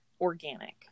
organic